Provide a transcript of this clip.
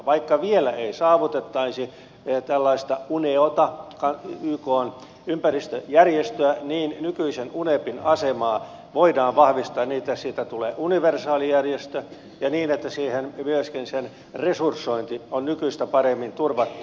vaikka vielä ei saavutettaisi tällaista uneota ykn ympäristöjärjestöä niin nykyisen unepin asemaa voidaan vahvistaa niin että siitä tulee universaali järjestö ja niin että myöskin sen resursointi on nykyistä paremmin turvattu